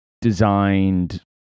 Designed